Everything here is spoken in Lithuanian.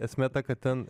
esmė ta kad ten